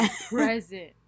Present